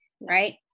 Right